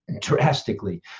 drastically